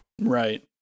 Right